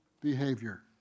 behavior